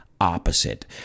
opposite